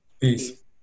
Peace